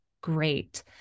great